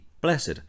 blessed